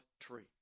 tree